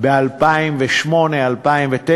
ב-2008 2009,